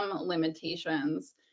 limitations